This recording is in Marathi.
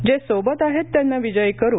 जे सोबत आहेत त्यांना विजयी करु